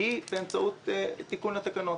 היא באמצעות תיקון התקנות,